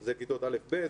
הוא כיתות א'-ב',